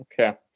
Okay